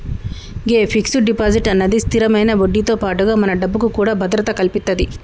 గే fix deposit అన్నది స్థిరమైన వడ్డీతో పాటుగా మన డబ్బుకు కూడా భద్రత కల్పితది